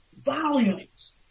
Volumes